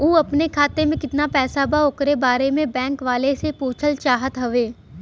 उ अपने खाते में कितना पैसा बा ओकरा बारे में बैंक वालें से पुछल चाहत हवे?